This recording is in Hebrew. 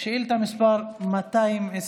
שאילתה מס' 223,